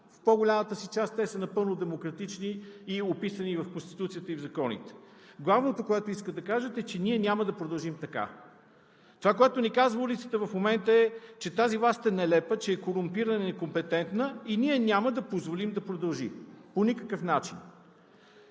В по-голямата си част те са напълно демократични и описани в Конституцията и в законите. Главното, което искат да кажат, е, че ние няма да продължим така. Това, което ни казва улицата в момента, е, че тази власт е нелепа, че е корумпирана и некомпетентна и ние няма да позволим да продължи по никакъв начин.